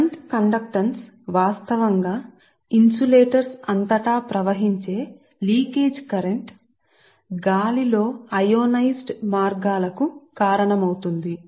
కాబట్టి shunt conductance వాస్తవానికి ఇన్సులేటర్ల అంతటా ప్రవహించే లీకేజ్ కరెంట్ మరియు గాలిలో అయోనైజ్డ్ పాత్ మార్గాలకు కారణమవుతుంది